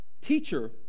Teacher